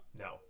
No